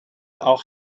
auch